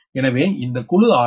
எனவே இந்த குழு ஆரம் 0